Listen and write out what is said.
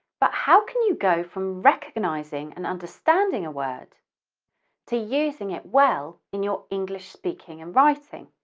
but how can you go from recognizing and understanding a word to using it well in your english speaking and writing?